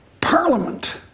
parliament